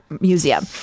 Museum